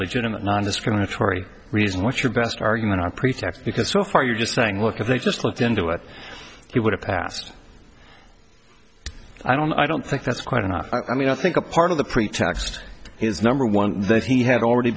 legitimate nondiscriminatory reason what's your best argument on pretext because so far you're just saying look if they just looked into it he would have passed i don't i don't think that's quite enough i mean i think a part of the pretext is number one they've he had already